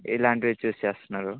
ఇలాంటివి చూస్ చేస్తున్నారు